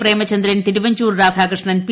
Premachandran Thiruvanchoor Radhakrishnan P